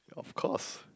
of course